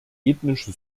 ethnische